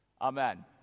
amen